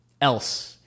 else